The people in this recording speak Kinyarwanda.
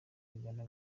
bigana